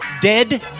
dead